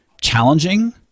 challenging